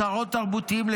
אוצרות תרבותיים,